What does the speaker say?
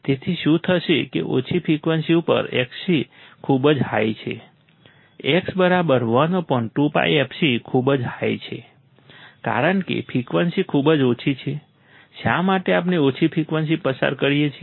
તેથી શું થશે કે ઓછી ફ્રિકવન્સી ઉપર Xc ખૂબ જ હાઈ છે X 1 ખૂબ હાઈ છે કારણ કે ફ્રિકવન્સી ખૂબ જ ઓછી છે શા માટે આપણે ઓછી ફ્રિકવન્સી પસાર કરીએ છીએ